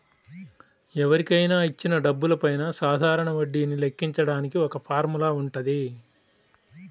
ఎవరికైనా ఇచ్చిన డబ్బులపైన సాధారణ వడ్డీని లెక్కించడానికి ఒక ఫార్ములా వుంటది